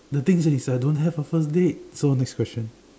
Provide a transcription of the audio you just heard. the thing is I don't have a first date so next question